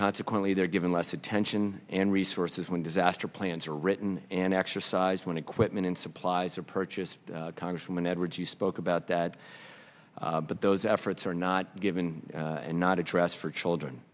consequently they are given less attention and resources when disaster plans are written and exercise when equipment and supplies are purchased congresswoman edwards you spoke about that but those efforts are not given and not addressed for children